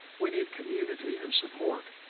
we need community and support.